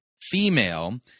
female